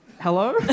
Hello